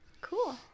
Cool